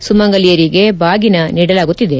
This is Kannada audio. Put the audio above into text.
ಸುಮಂಗಲಿಯರಿಗೆ ಬಾಗಿನ ನೀಡಲಾಗುತ್ತಿದೆ